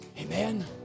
Amen